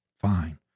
fine